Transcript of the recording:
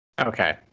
Okay